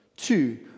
Two